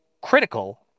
critical